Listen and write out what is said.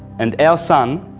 and our sun